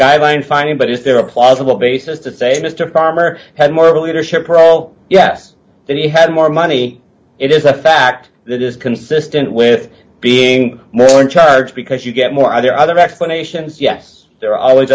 guideline finding but is there a plausible basis to say mr farmer had more leadership role yes that he had more money it is a fact that is consistent with being more in charge because you get more either other explanations yes there are always